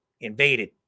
invaded